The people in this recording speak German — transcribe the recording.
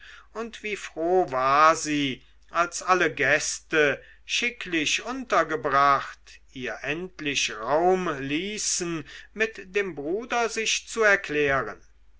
und wie froh war sie als alle gäste schicklich untergebracht ihr endlich raum ließen mit dem bruder sich zu erklären